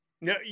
No